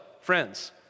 friends